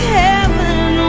heaven